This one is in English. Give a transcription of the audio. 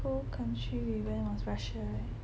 cold country we went was Russia right